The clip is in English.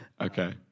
Okay